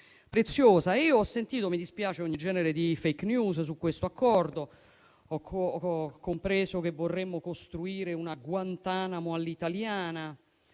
preziosa. Ho sentito - e mi dispiace - ogni genere di *fake news* su questo accordo. Ho compreso che vorremmo costruire una Guantanamo all'italiana,